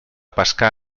pescar